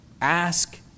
Ask